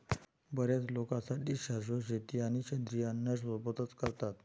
बर्याच लोकांसाठी शाश्वत शेती आणि सेंद्रिय अन्न सोबतच करतात